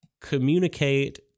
communicate